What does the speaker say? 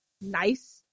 nice